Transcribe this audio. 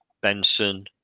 Benson